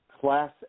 Class